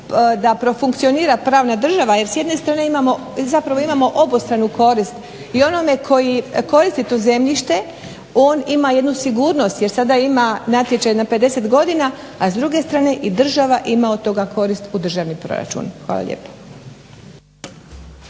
da profunkcionira pravna država jer s jedne strane zapravo imamo obostranu korist i onome koji koristi to zemljište on ima jednu sigurnost jer sada ima natječaj na 50 godina, a s druge strane i država ima od toga koristi u državnom proračunu. Hvala lijepa.